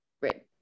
Right